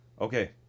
okay